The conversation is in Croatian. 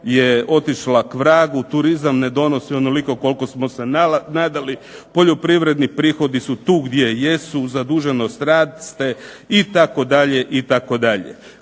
je otišla kvragu, turizam ne donosi onoliko koliko smo se nadali, poljoprivredni prihodi su tu gdje jesu, zaduženost raste itd.,